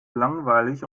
langweilig